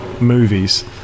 movies